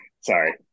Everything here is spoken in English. sorry